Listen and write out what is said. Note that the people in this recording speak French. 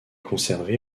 conservée